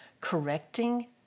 correcting